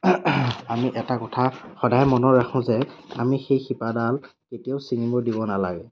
আমি এটা কথা সদায় মনত ৰাখো যে আমি সেই শিপাডাল কেতিয়াও চিঙিব দিব নালাগে